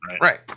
Right